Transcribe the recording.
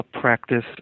practice